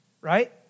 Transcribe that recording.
right